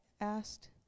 asked